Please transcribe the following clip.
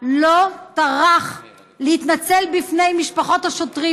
לא טרח להתנצל בפני משפחות השוטרים,